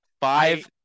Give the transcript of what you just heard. Five